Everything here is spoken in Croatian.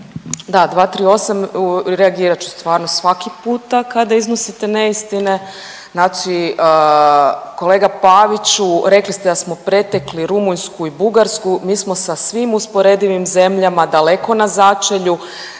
Da, 238. reagirat ću stvarno svaki puta kada iznosite neistine, znači kolega Paviću rekli ste da smo pretekli Rumunjsku i Bugarsku, mi smo sa svim usporedivim zemljama daleko na začelju.